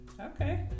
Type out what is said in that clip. okay